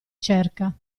cerca